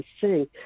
sing